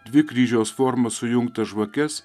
dvi kryžiaus forma sujungtas žvakes